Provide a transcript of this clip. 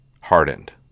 hardened